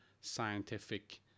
scientific